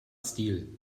stil